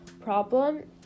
problem